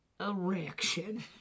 Erection